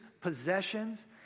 possessions